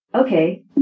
Okay